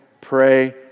pray